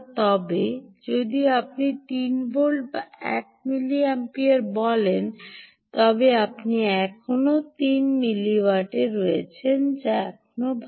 তবে যদি আপনি 3 ভোল্ট এবং 1 মিলিঅ্যাম্পিয়ার বলেন তবে আপনি এখনও 3 মিলিওয়াত্টে রয়েছেন যা এখনও ভাল